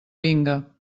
vinga